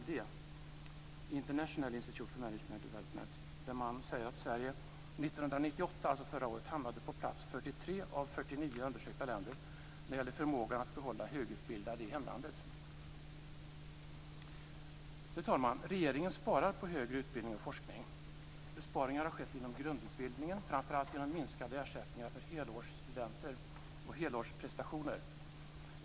Där säger man att Sverige 1998, alltså förra året, hamnade på plats 43 av 49 undersökta länder när det gällde förmågan att behålla högutbildade i hemlandet. Fru talman! Regeringen sparar på högre utbildning och forskning. Besparingar har skett inom grundutbildningen, framför allt genom minskade ersättningar för helårsstudenter och helårsprestationer.